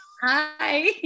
Hi